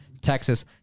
Texas